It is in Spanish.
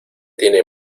tiene